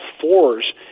fours